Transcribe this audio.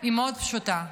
היא מאוד פשוטה: